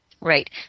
Right